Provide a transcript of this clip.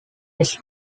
its